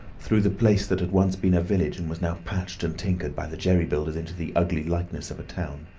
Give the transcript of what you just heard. through the place that had once been a village and was now patched and tinkered by the jerry builders into the ugly likeness of a town.